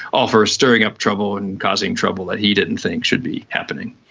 all for stirring up trouble and causing trouble that he didn't think should be happening.